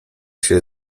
się